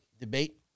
debate